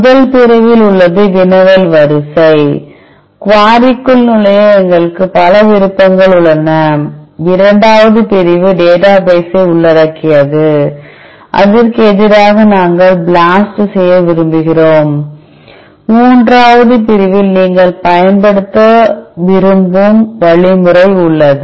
முதல் பிரிவில் உள்ளது வினவல் வரிசை குவாரிக்குள் நுழைய எங்களுக்கு பல விருப்பங்கள் உள்ளன இரண்டாவது பிரிவு டேட்டா பேசை உள்ளடக்கியது அதற்கு எதிராக நாங்கள் BLAST செய்ய விரும்புகிறோம் மூன்றாம் பிரிவில் நீங்கள் பயன்படுத்த விரும்பும் வழிமுறை உள்ளது